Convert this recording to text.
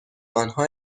آنها